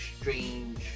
Strange